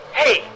hey